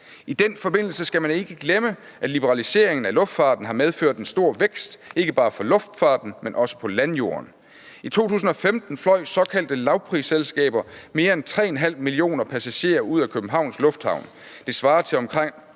I den forbindelse skal man ikke glemme, at liberaliseringen af luftfarten har medført en stor vækst – ikke bare for luftfarten, men også på landjorden. I 2015 fløj såkaldte lavprisselskaber mere end 3,5 millioner passagerer ud af Københavns Lufthavn. Det svarer til omkring